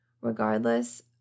regardless